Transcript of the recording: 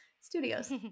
studios